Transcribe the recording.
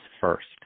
first